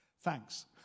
Thanks